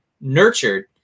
nurtured